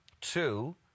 Two